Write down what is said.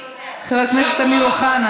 חבר הכנסת אמיר אוחנה,